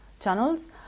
channels